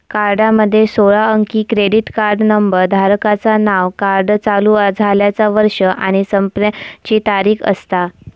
कार्डामध्ये सोळा अंकी क्रेडिट कार्ड नंबर, धारकाचा नाव, कार्ड चालू झाल्याचा वर्ष आणि संपण्याची तारीख असता